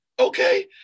Okay